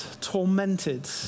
tormented